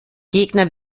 gegner